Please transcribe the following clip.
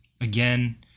Again